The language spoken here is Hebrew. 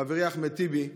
חברי אחמד טיבי,